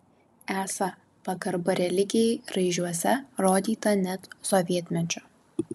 esą pagarba religijai raižiuose rodyta net sovietmečiu